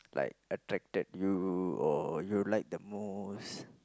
like attracted you or you like the most